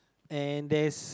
and there's